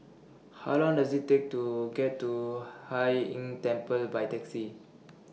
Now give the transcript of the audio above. How Long Does IT Take to get to Hai Inn Temple By Taxi